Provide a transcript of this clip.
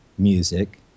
music